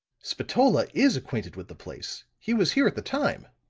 spatola is acquainted with the place he was here at the time.